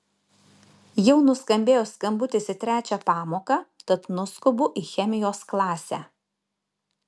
jau nuskambėjo skambutis į trečią pamoką tad nuskubu į chemijos klasę